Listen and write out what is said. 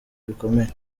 bikomeye